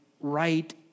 right